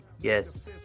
Yes